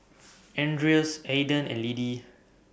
Andreas Aiden and Liddie